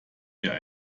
mir